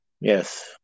Yes